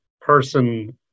person